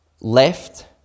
left